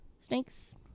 snakes